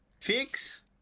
fix